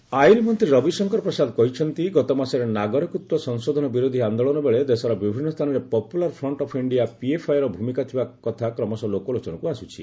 ରବିଶଙ୍କର ପ୍ରସାଦ ଆଇନ ମନ୍ତ୍ରୀ ରବିଶଙ୍କର ପ୍ରସାଦ କହିଛନ୍ତି ଗତମାସରେ ନାଗରିକତ୍ୱ ସଂଶୋଧନ ବିରୋଧି ଆନ୍ଦୋଳନବେଳେ ଦେଶର ବିଭିନ୍ନ ସ୍ଥାନରେ ପପୁଲାର୍ ଫ୍ରିଣ୍ଟ୍ ଅଫ୍ ଇଣ୍ଡିଆ ପିଏଫ୍ଆଇର ଭୂମିକା ଥିବା କଥା କ୍ରମଶଃ ଲୋକଲୋଚନକୁ ଆସୁଛି